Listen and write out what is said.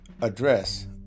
address